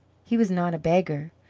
he was not a beggar,